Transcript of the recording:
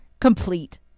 Complete